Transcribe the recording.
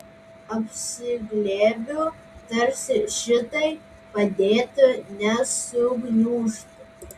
apsiglėbiu tarsi šitai padėtų nesugniužti